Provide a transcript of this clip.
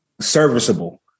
Serviceable